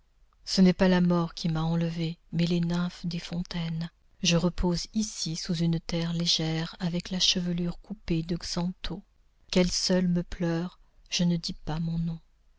ce n'est pas la mort qui m'a enlevée mais les nymphes des fontaines je repose ici sous une terre légère avec la chevelure coupée de xantho qu'elle seule me pleure je ne dis pas mon nom